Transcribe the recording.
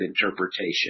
interpretation